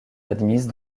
admises